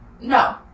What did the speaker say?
No